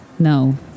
No